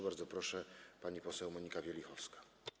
Bardzo proszę, pani poseł Monika Wielichowska.